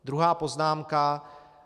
Druhá poznámka.